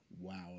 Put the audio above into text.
Wow